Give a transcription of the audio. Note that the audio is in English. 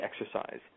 exercise